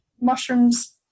mushrooms